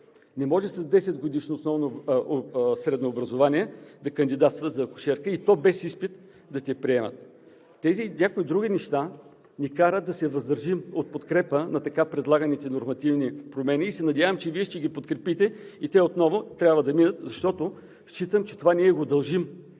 Не може с десетгодишно средно образование да кандидатстваш за акушерка, и то без изпит да те приемат. Тези и някои други неща ни карат да се въздържим от подкрепа на така предлаганите нормативни промени. Надявам се, че Вие ще ги подкрепите и те отново трябва да минат, защото считам, че това го дължим